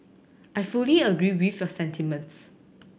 I fully agree with a sentiments